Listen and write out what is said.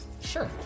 Sure